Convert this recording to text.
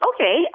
Okay